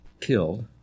killed